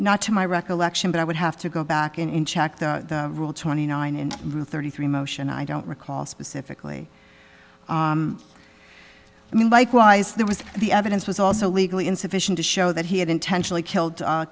not to my recollection but i would have to go back and check the rule twenty nine and rule thirty three motion i don't recall specifically i mean like why is there was the evidence was also legally insufficient to show that he had intentionally killed